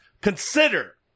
consider